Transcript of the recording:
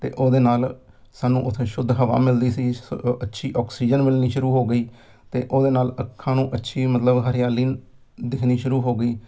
ਅਤੇ ਉਹਦੇ ਨਾਲ ਸਾਨੂੰ ਉੱਥੇ ਸ਼ੁੱਧ ਹਵਾ ਮਿਲਦੀ ਸੀ ਸ ਅੱਛੀ ਔਕਸੀਜਨ ਮਿਲਣੀ ਸ਼ੁਰੂ ਹੋ ਗਈ ਅਤੇ ਉਹਦੇ ਨਾਲ ਅੱਖਾਂ ਨੂੰ ਅੱਛੀ ਮਤਲਬ ਹਰਿਆਲੀ ਦਿਖਣੀ ਸ਼ੁਰੂ ਹੋ ਗਈ